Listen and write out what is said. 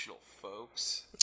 folks